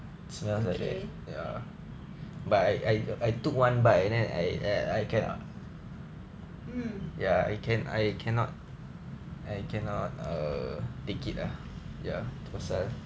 okay mm